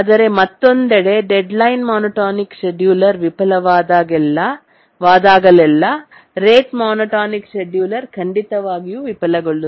ಆದರೆ ಮತ್ತೊಂದೆಡೆ deadline monotonic scheduler ವಿಫಲವಾದಾಗಲೆಲ್ಲಾ ರೇಟ್ ಮೋನೋಟೋನಿಕ್ ಶೆಡ್ಯೂಲರ್ ಖಂಡಿತವಾಗಿಯೂ ವಿಫಲಗೊಳ್ಳುತ್ತದೆ